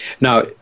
Now